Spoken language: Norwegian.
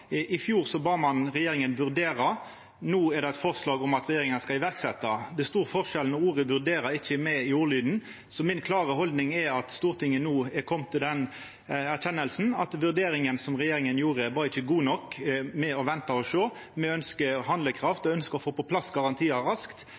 I fjor bad ein regjeringa vurdera, no er det eit forslag om at regjeringa skal setja i verk. Det er stor forskjell når ordet «vurdera» ikkje er med i ordlyden, så mi klare haldning er at Stortinget no er komen til den erkjenninga at vurderinga som regjeringa gjorde, med å venta og sjå, ikkje var god nok. Me ønskjer handlekraft og å